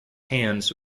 hands